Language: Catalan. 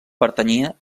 pertanyia